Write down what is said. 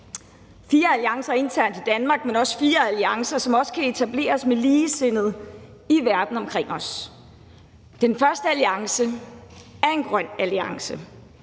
fire alliancer internt i Danmark, men også fire alliancer, som kan etableres med ligesindede i verden omkring os. Den første alliance er en grøn alliance: